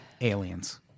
aliens